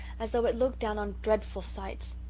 as though it looked down on dreadful sights.